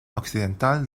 occidental